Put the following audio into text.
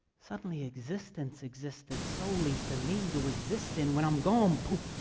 suddenly, existence existed solely for me to exist in. when i'm gone, poof!